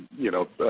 you know,